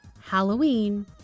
Halloween